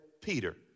Peter